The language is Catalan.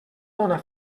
dona